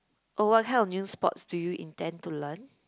oh what kind of new sports do you intend to learn